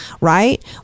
right